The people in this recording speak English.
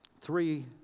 three